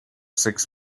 six